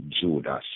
Judas